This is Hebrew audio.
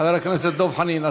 חבר הכנסת דב חנין,